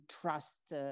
trust